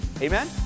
Amen